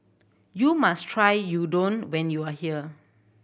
you must try Udon when you are here